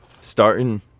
Starting